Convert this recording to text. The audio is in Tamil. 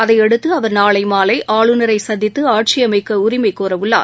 அதையடுத்துஅவர் நாளைமாலைஆளுநரைசந்தித்துஆட்சியமைக்கஉரிமைகோரவுள்ளார்